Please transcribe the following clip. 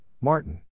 martin